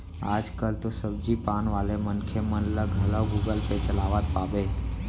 आज कल तो सब्जी पान वाले मनखे मन ल घलौ गुगल पे चलावत पाबे